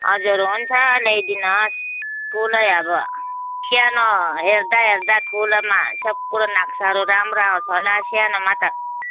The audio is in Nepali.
हजुर हुन्छ ल्याइदिनुहोस् ठुलै अब सानो हेर्दाहेर्दा ठुलोमा सब कुरो नक्साहरू राम्रो आँउछ होला सानोमा त